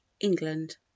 England